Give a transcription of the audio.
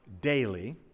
daily